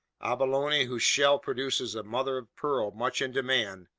abalone whose shell produces a mother-of-pearl much in demand,